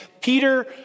Peter